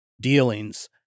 dealings